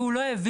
והוא לא העביר,